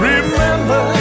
Remember